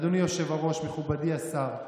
אדוני היושב-ראש, מכובדי השר.